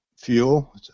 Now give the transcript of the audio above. Fuel